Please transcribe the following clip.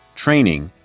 training,